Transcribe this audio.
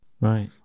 Right